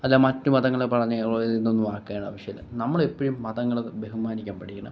അല്ല മറ്റു മതങ്ങളെ പറഞ്ഞു ഇതൊന്നും ആക്കേണ്ട ആവശ്യമില്ല ളെപ്പഴും മതങ്ങളെ ബഹുമാനിക്കാൻ പഠിക്കണം